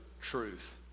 truth